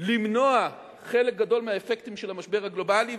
למנוע חלק גדול מהאפקטים של המשבר הגלובלי,